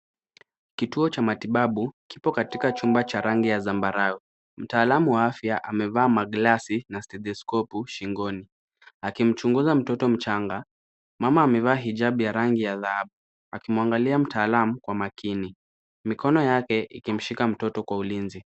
Kituo cha matibabu, kipo katika chumba cha rangi ya zambarau. Mtaalamu wa afya amevaa maglasi na stethoskopu shingoni akimchunguza mtoto mchanga. Mama amevaa hijabu ya rangi ya dhahabu akimwangalia mtaalamu kwa makini, mikono yake ikimshika mtoto kwa ulinzi.